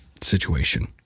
situation